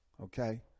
Okay